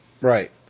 Right